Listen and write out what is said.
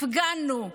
הפגנו.